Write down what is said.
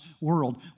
world